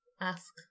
ask